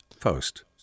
post